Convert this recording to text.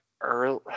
early